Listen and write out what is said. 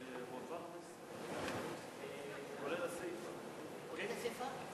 אדוני היושב-ראש,